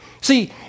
See